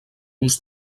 uns